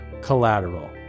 collateral